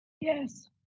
Yes